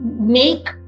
make